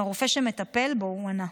עם הרופא שמטפל בו, הוא ענה.